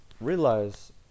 realize